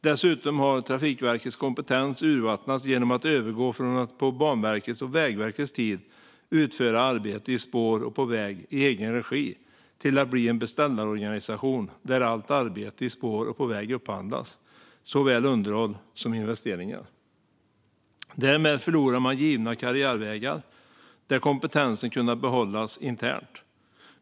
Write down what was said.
Dessutom har Trafikverkets kompetens urvattnats genom att man övergick från att utföra arbete i spår och på väg i egen regi, som på Banverkets och Vägverkets tid, till att bli en beställarorganisation där allt arbete i spår och på väg upphandlas, såväl underhåll som investeringar. Därmed förlorar man givna karriärvägar där kompetensen hade kunnat behållas internt.